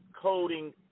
coding